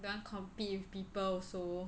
then compete with people also